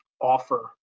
offer